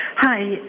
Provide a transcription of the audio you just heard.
Hi